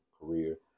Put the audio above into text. career